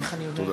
תודה.